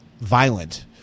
violent